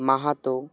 Mahato